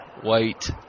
White